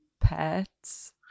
pets